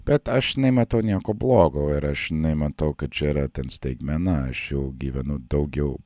bet aš nematau nieko blogo ir aš nematau kad čia yra ten staigmena aš jau gyvenu daugiau